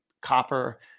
copper